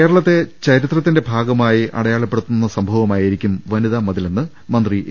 കേരളത്തെ ചരിത്രത്തിന്റെ ഭാഗമായി അടയാളപ്പെടുത്തുന്ന സംഭ വമായിരിക്കും വനിതാമതിലെന്ന് മന്ത്രി എ